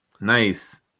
Nice